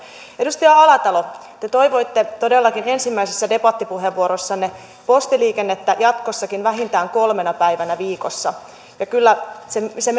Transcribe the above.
edustaja alatalo te toivoitte todellakin ensimmäisessä debattipuheenvuorossanne postiliikennettä jatkossakin vähintään kolmena päivänä viikossa kyllä se